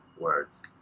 words